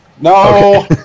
No